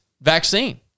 vaccine